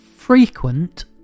frequent